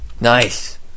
Nice